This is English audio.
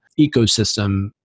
ecosystem